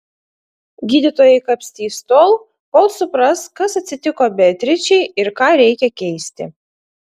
gydytojai kapstys tol kol supras kas atsitiko beatričei ir ką reikia keisti